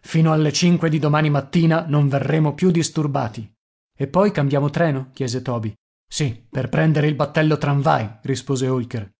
fino alle cinque di domani mattina non verremo più disturbati e poi cambiamo treno chiese toby sì per prendere il battello tramvai rispose holker